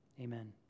amen